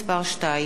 2),